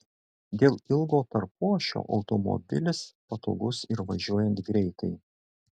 dėl ilgo tarpuašio automobilis patogus ir važiuojant greitai